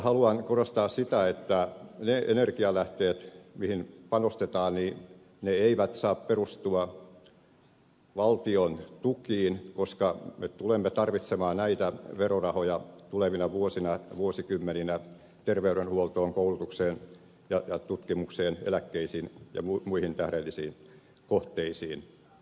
haluan korostaa sitä että ne energialähteet mihin panostetaan eivät saa perustua valtiontukiin koska me tulemme tarvitsemaan näitä verorahoja tulevina vuosina ja vuosikymmeninä terveydenhuoltoon koulutukseen ja tutkimukseen eläkkeisiin ja muihin tähdellisiin kohteisiin